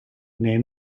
neem